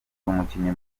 umukinnyi